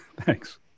Thanks